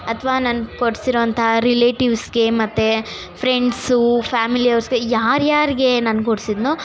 ಅಥ್ವಾ ನಾನು ಕೊಡಿಸಿರೋ ಅಂಥ ರಿಲೆಟೀವ್ಸ್ಗೆ ಮತ್ತು ಫ್ರೆಂಡ್ಸು ಫ್ಯಾಮಿಲಿಯವ್ರಿಗೆ ಯಾರ್ಯಾರ್ಗೆ ನಾನು ಕೊಡಿಸಿದ್ನೊ